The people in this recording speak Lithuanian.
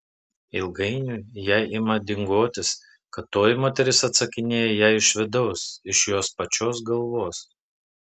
ilgainiui jai ima dingotis kad toji moteris atsakinėja jai iš vidaus iš jos pačios galvos